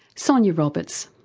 sonia roberts.